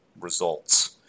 results